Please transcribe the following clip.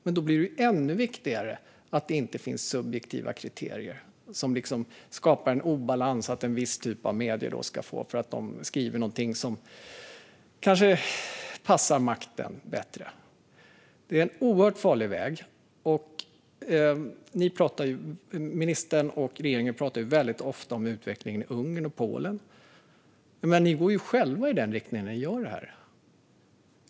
Men då blir det ännu viktigare att det inte finns subjektiva kriterier som skapar en obalans, så att en viss typ av medier ska få stöd därför att de skriver någonting som kanske passar makten bättre. Det är en oerhört farlig väg. Ministern och regeringen pratar ju väldigt ofta om utvecklingen i Ungern och Polen, men ni går ju själva i den riktningen när ni gör detta.